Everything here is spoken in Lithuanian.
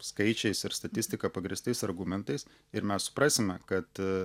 skaičiais ir statistika pagrįstais argumentais ir mes suprasime kad